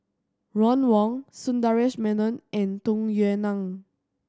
Ron Wong Sundaresh Menon and Tung Yue Nang